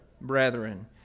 brethren